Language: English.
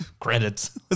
Credits